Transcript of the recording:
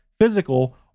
physical